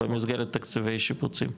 במסגרת תקציבי שיפוצים.